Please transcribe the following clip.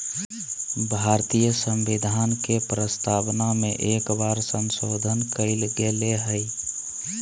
भारतीय संविधान के प्रस्तावना में एक बार संशोधन कइल गेले हइ